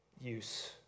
use